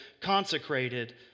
consecrated